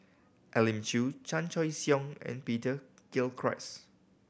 Elim Chew Chan Choy Siong and Peter Gilchrist